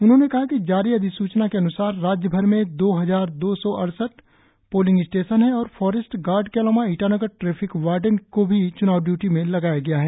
उन्होंने कहा कि जारी अधिसूचना के अनुसार राज्यभर मे दो हजार दो सौ अड़सठ पोलिंग स्टेशन है और फारेस्ट गार्ड के अलावा ईटानगर ट्रेफिक वार्डेन की भी चुनाव में ड्यूटी लगाई गई है